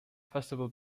festival